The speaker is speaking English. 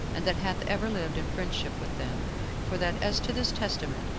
and that hath ever lived in friendship with them for that, as to this testament,